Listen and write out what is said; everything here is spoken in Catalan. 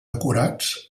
decorats